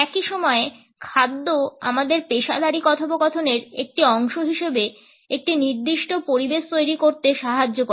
একই সময়ে খাদ্য আমাদের পেশাদারী কথোপকথনের একটি অংশ হিসাবে একটি নির্দিষ্ট পরিবেশ তৈরি করতে সাহায্য করে